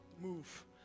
move